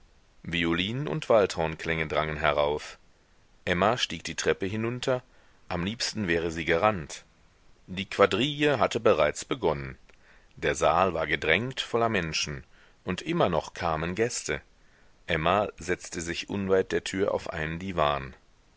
violinen und waldhornklänge drangen herauf emma stieg die treppe hinunter am liebsten wäre sie gerannt die quadrille hatte bereits begonnen der saal war gedrängt voller menschen und immer noch kamen gäste emma setzte sich unweit der tür auf einen diwan